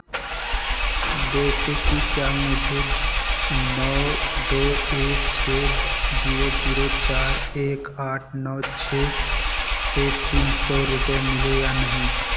देखें कि क्या मुझे नौ दो एक छः जीरो जीरो चार एक आठ नौ छः से तीन सौ रुपये मिले या नहीं